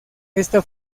esta